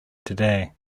today